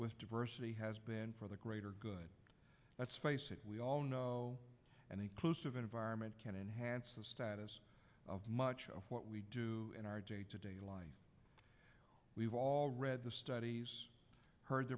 with diversity has been for the greater good let's face it we all know and inclusive environment can enhance the status of much of what we do in our daily life we've all read the study heard